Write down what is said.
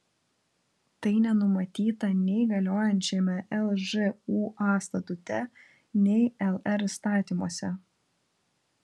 tai nenumatyta nei galiojančiame lžūa statute nei lr įstatymuose